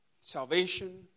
salvation